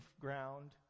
ground